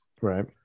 right